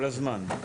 כל הזמן.